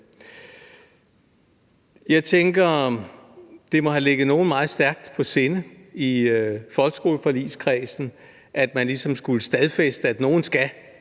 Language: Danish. Jeg tænker, at det må have ligget nogen meget stærkt på sinde i folkeskoleforligskredsen, at man ligesom skulle stadfæste, at nogen